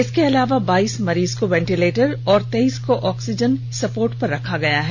इसके अलावा बाईस मरीज को येंटीलेटर और तेर्डस को ऑक्सीजन सपोर्ट पर रखा गया है